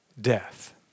death